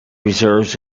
reserves